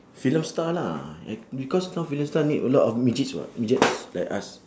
film star lah eh because some film star need a lot of midgets [what] midgets like us